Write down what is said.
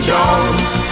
Jones